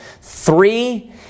three